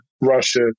Russia